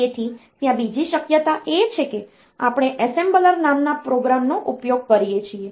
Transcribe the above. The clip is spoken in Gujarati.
તેથી ત્યાં બીજી શક્યતા એ છે કે આપણે એસેમ્બલર નામના પ્રોગ્રામનો ઉપયોગ કરીએ છીએ